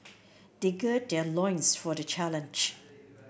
they gird their loins for the challenge